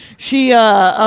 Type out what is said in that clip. she ah,